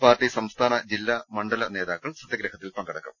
party സംസ്ഥാന ജില്ലാ മണ്ഡല നേതാക്കൾ സത്യഗ്രഹത്തിൽ പങ്കെടുക്കും